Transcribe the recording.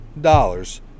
dollars